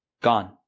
gone